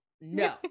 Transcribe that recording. No